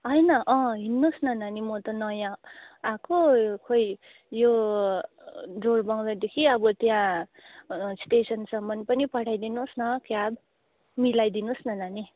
होइन हिँड्नुहोस् न नानी म त नयाँ आएको यो खोइ यो जोरबङ्गलोदेखि अब त्यहाँ स्टेसनसम्म पनि पठाइ दिनुहोस् न क्याब मिलाइ दिनुहोस् न नानी